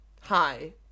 hi